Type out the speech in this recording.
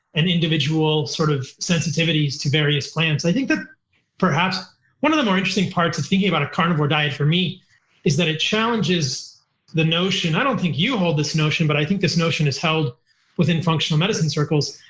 and individual sort of sensitivities to various plants. i think that perhaps one of the more interesting parts of thinking about a carnivore diet for me is that it challenges the notion, i don't think you hold this notion, but i think this notion is held within functional medicine circles.